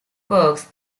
works